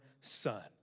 son